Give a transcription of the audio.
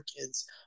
kids